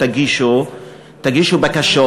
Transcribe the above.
תגישו בקשות,